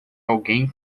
alguém